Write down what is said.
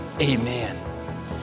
Amen